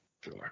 Sure